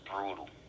brutal